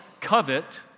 covet